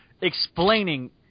explaining